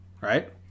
right